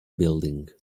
building